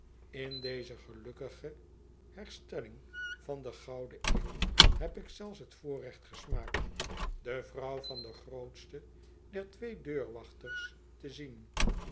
in deze gelukkige herstelling van den gouden eeuw heb ik zelfs t voorrecht gesmaakt de vrouw van den grootsten der twee deurwachters te zien